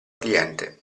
cliente